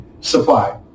supply